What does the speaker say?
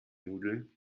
nudeln